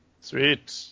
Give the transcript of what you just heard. Sweet